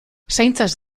zaintzaz